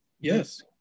Yes